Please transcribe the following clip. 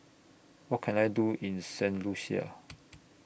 What Can I Do in Saint Lucia